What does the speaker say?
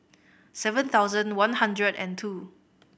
seven thousand one hundred and two